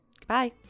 Goodbye